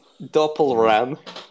Doppelram